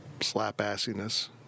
slap-assiness